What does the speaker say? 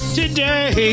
today